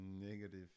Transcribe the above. negative